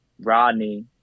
Rodney